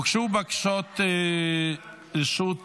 הוגשו בקשות רשות דיבור,